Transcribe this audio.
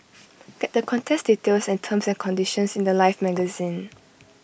get the contest details and terms and conditions in The Life magazine